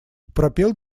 пропел